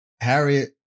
Harriet